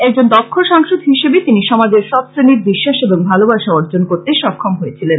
একজন দক্ষ সাংসদ হিসেবে তিনি সমাজের সব শ্রেনীর বিশ্বাস এবং ভালবাসা অর্জন করতে সক্ষম হয়েছিলেন